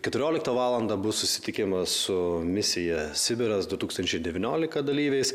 keturioliktą valandą bus susitikimas su misija sibiras du tūkstančiai devyniolika dalyviais